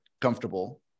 comfortable